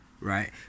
right